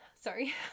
sorry